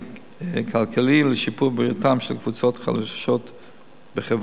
חברתי-כלכלי ולשיפור בבריאותן של קבוצות חלשות בחברה.